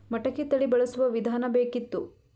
ಮಟಕಿ ತಳಿ ಬಳಸುವ ವಿಧಾನ ಬೇಕಿತ್ತು?